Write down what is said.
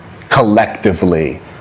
collectively